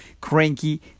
cranky